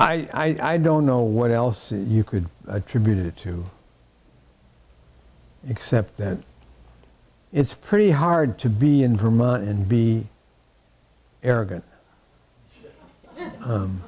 folks i don't know what else you could attribute it to except that it's pretty hard to be in vermont and be arrogant